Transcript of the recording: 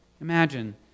Imagine